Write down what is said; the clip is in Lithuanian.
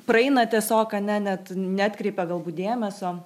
praeina tiesiog ane net neatkreipia galbūt dėmesio